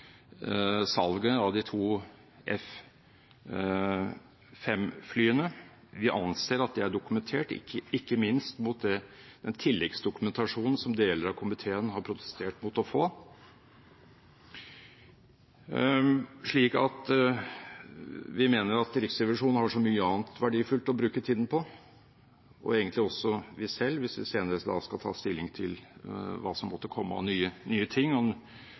salget av de to F-5-flyene. Vi anser at det er dokumentert, ikke minst i den tilleggsdokumentasjonen som deler av komiteen har protestert mot å få. Vi mener at Riksrevisjonen har så mye annet verdifullt å bruke tiden på – og egentlig vi selv også, hvis vi senere skal ta stilling til hva som måtte komme av nye ting og nye